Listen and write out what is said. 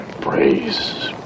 Praise